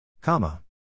Comma